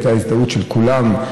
הייתה הזדהות של כולם,